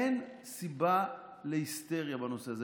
אין סיבה להיסטריה בנושא זה.